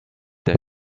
der